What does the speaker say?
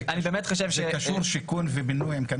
הקנאביס קשור לשיכון ובינוי?